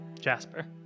Jasper